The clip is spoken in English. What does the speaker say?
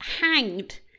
hanged